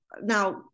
now